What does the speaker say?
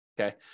Okay